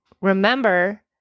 remember